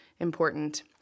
important